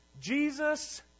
Jesus